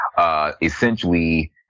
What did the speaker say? essentially